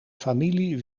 familie